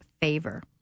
favor